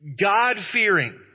God-fearing